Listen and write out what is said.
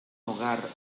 hogar